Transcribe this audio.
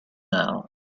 now